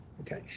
Okay